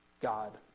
God